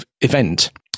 event